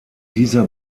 dieser